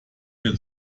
mehr